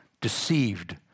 deceived